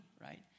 right